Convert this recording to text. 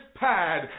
pad